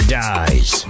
dies